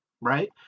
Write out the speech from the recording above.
right